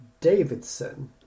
Davidson